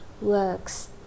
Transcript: works